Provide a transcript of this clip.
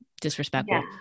disrespectful